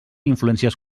influències